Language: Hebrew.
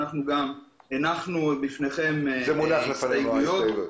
וגם הנחנו מולכם בכתב את ההסתייגויות שלנו.